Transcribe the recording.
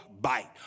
bite